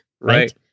right